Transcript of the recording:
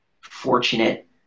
fortunate